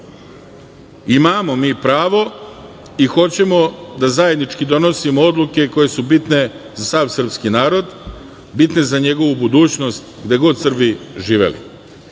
prava. Imamo mi pravo i hoćemo da zajednički donosimo odluke koje su bitne za sav srpski narod, bitne za njegovu budućnost gde god Srbi živeli.